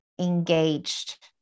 engaged